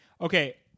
Okay